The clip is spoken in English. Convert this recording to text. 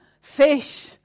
Fish